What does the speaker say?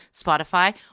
Spotify